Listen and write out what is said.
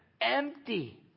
Empty